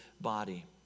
body